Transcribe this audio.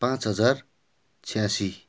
पाँच हजार छयासी